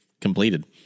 completed